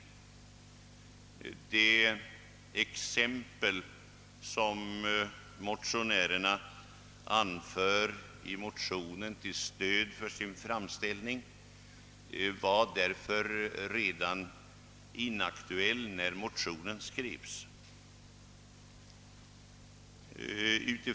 Det exempel som motionärerna anför i motionen till stöd för sin framställning var därför inaktuellt redan när motionen skrevs.